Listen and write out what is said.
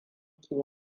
ke